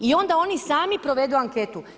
I onda oni sami provedu anketu.